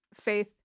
faith